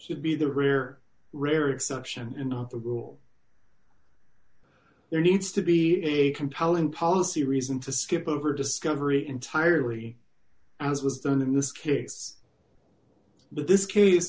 he'd be the rear rare exception in the rule there needs to be a compelling policy reason to skip over discovery entirely as was done in this case but this case